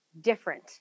different